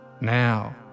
Now